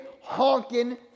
honking